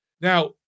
Now